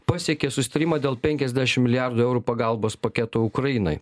pasiekė susitarimą dėl penkiasdešim milijardų eurų pagalbos paketo ukrainai